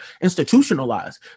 institutionalized